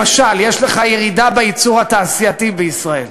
למשל, יש לך ירידה בייצור התעשייתי בישראל.